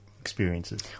experiences